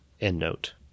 endnote